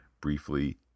briefly